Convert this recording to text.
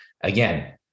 Again